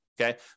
okay